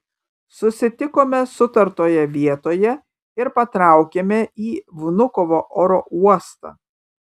susitikome sutartoje vietoje ir patraukėme į vnukovo oro uostą